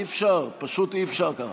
אי-אפשר, פשוט אי-אפשר כך.